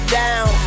down